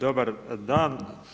Dobar dan.